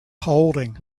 holding